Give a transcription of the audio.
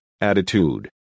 attitude